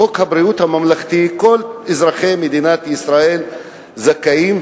בחוק ביטוח בריאות ממלכתי כל אזרחי מדינת ישראל זכאים,